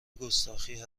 گستاخی